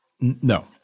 No